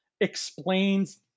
explains